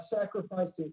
sacrificing